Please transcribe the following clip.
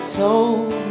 told